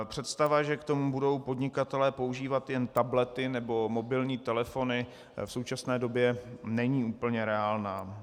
Představa, že k tomu budou podnikatelé používat jen tablety nebo mobilní telefony, v současné době není úplně reálná.